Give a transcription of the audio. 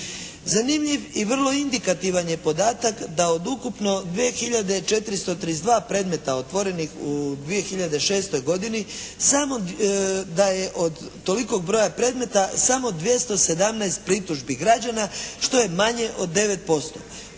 Zanimljiv i vrlo indikativan je podatak da od ukupno 2 hiljade 432 predmeta otvorenih u 2006. godini samo da je od tolikog broja samo 217 pritužbi građana što je manje od 9%.